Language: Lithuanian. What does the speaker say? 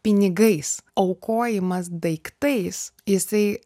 pinigais aukojimas daiktais jisai